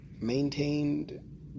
maintained